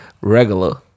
regular